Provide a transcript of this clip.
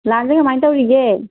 ꯂꯥꯟꯁꯦ ꯀꯃꯥꯏꯅ ꯇꯧꯔꯤꯒꯦ